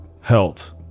health